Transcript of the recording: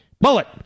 Bullet